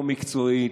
לא מקצועית,